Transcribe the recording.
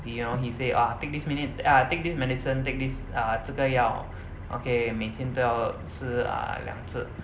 he hor he say ah take this minute ah take this medicine take this uh 这个药 okay 每天都要四 uh 两次